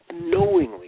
knowingly